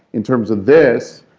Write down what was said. in terms of this,